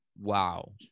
wow